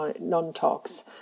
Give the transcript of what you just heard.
non-tox